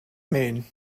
mean